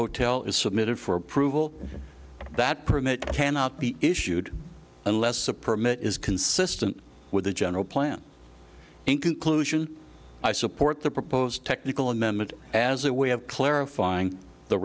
hotel is submitted for approval that permit cannot be issued unless a permit is consistent with the general plan in conclusion i support the proposed technical amendment as a way of clarifying the